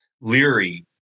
leery